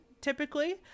typically